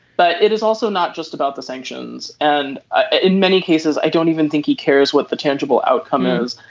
but it is also not just about the sanctions. and ah in many cases i don't even think he cares what the tangible outcome is.